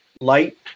light